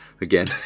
again